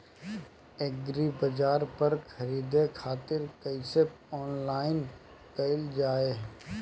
एग्रीबाजार पर खरीदे खातिर कइसे ऑनलाइन कइल जाए?